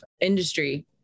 industry